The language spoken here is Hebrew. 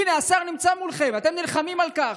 הינה, השר נמצא מולכם, אתם נלחמים על כך.